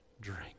drink